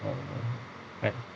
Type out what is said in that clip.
mm eh